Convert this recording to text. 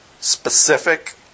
specific